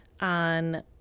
on